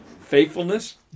faithfulness